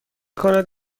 کند